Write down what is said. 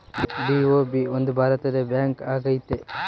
BOB ಒಂದು ಭಾರತದ bank ಆಗೈತೆ